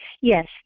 Yes